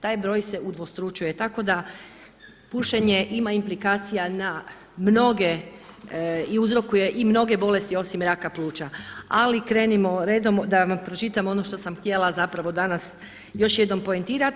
Taj broj se udvostručuje, tako da pušenje ima implikacija na mnoge i uzrokuje i mnoge bolesti osim raka pluća, ali krenimo redom da vam pročitam ono što sam htjela zapravo danas još jednom poentirati.